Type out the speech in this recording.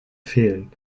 fehlen